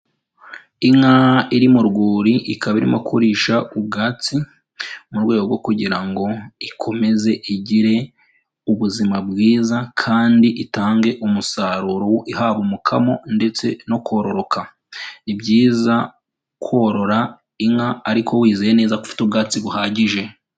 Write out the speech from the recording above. Inka iri mu rwuri ikaba irimo kurisha ubwatsi mu rwego rwo kugira ngo ikomeze igire ubuzima bwiza kandi itange umusaruro haba umukamo ndetse no kororoka, ni byiza korora inka ariko wizeye neza ko ufite ubwatsi buhagije.